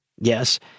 Yes